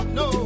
no